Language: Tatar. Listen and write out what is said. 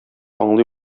аңлый